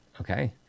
Okay